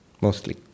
mostly